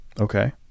Okay